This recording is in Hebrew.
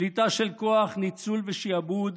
שליטה של כוח, ניצול ושעבוד,